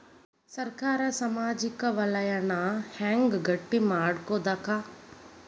ಸರ್ಕಾರಾ ಸಾಮಾಜಿಕ ವಲಯನ್ನ ಹೆಂಗ್ ಗಟ್ಟಿ ಮಾಡ್ಕೋತದ?